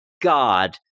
God